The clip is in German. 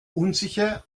unsicher